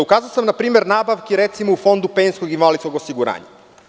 Ukazao sam na primer nabavke i recimo u Fondu penzijskog invalidskog osiguranja.